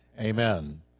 Amen